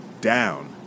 down